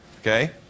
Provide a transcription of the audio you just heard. okay